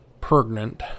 Pregnant